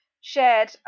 shared